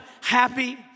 happy